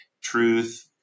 truth